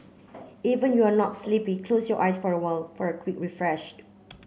even you are not sleepy close your eyes for a while for a quick refreshed